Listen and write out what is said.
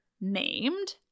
named